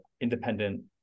independent